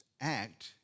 act